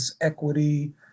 equity